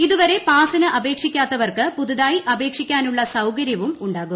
ഇതുവരെ പാസിന് അപേക്ഷിക്കാത്തവർക്ക് പുതുതായി അപേക്ഷിക്കാനുള്ള സൌകര്യവും ഉണ്ടാകും